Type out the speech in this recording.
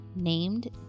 named